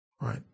Right